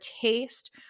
taste –